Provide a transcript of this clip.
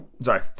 Sorry